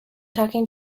talking